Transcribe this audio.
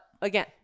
again